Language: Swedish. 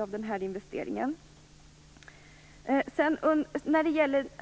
av investeringen i ett långt perspektiv?